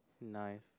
Nice